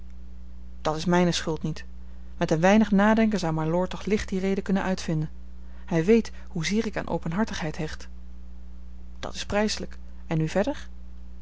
dat is mijne schuld niet met een weinig nadenken zou mylord toch licht die reden kunnen uitvinden hij weet hoezeer ik aan openhartigheid hecht dat is prijselijk en nu verder